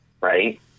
right